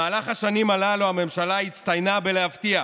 במהלך השנים הללו הממשלה הצטיינה בלהבטיח.